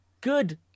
Good